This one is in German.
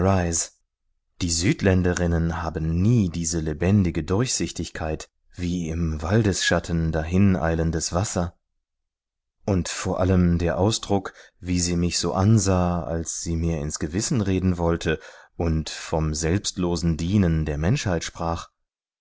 die südländerinnen haben nie diese lebendige durchsichtigkeit wie im waldesschatten dahineilendes wasser und vor allem der ausdruck wie sie mich so ansah als sie mir ins gewissen reden wollte und vom selbstlosen dienen der menschheit sprach